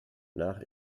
nach